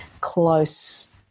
close